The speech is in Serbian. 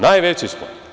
Najveći smo.